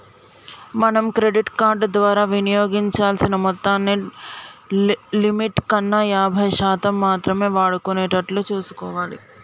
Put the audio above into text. మనం credit card ద్వారా వినియోగించాల్సిన మొత్తాన్ని లిమిట్ కన్నా యాభై శాతం మాత్రమే వాడుకునేటట్లు చూసుకోవాలి